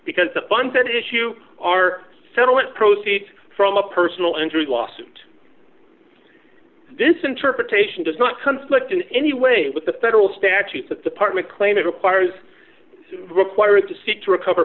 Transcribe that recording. because the funds at issue are settlement proceeds from a personal injury lawsuit this interpretation does not conflict in any way with the federal statutes that the party claim it requires required to seek to recover